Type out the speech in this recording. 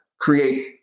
create